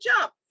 jump